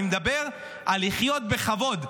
אני מדבר על לחיות בכבוד,